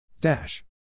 Dash